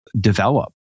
develop